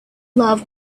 love